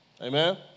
Amen